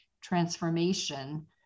transformation